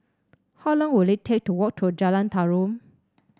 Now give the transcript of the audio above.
how long will it take to walk to Jalan Tarum